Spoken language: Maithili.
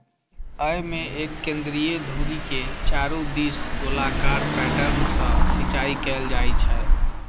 अय मे एक केंद्रीय धुरी के चारू दिस गोलाकार पैटर्न सं सिंचाइ कैल जाइ छै